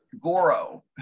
Goro